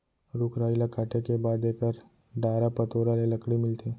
रूख राई ल काटे के बाद एकर डारा पतोरा ले लकड़ी मिलथे